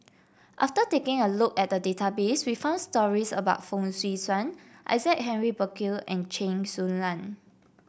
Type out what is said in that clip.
after taking a look at the database we found stories about Fong Swee Suan Isaac Henry Burkill and Chen Su Lan